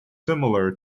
similar